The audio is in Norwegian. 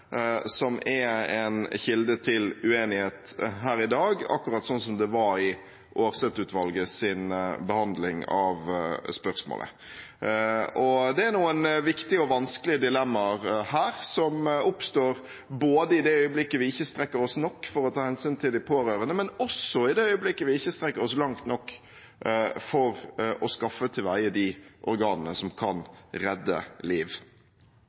som er en kilde til uenighet her i dag, akkurat som det var i Aarseth-utvalgets behandling av spørsmålet. Det er noen viktige og vanskelige dilemmaer her som oppstår i det øyeblikket vi ikke strekker oss nok for å ta hensyn til de pårørende, men også i det øyeblikket vi ikke strekker oss langt nok for å skaffe til veie de organene som kan redde liv.